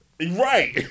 Right